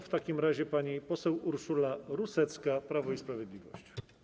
W takim razie pani poseł Urszula Rusecka, Prawo i Sprawiedliwość.